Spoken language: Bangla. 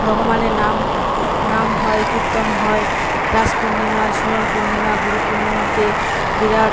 ভগবানের নাম নাম হয় কীর্তন হয় রাস পূর্ণিমা ঝুলন পূর্ণিমা গুরু পূর্ণিমাতে বিরাট